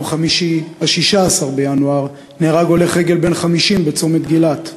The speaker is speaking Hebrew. ביום חמישי 16 בינואר נהרג הולך רגל בן 50 בצומת גילת.